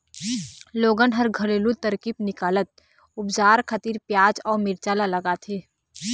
लोगन ह घरेलू तरकीब निकालत उपचार खातिर पियाज अउ मिरचा ल खवाथे